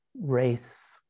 race